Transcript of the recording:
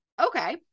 okay